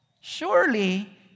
Surely